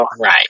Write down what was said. Right